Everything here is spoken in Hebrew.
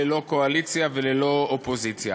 ללא קואליציה וללא אופוזיציה.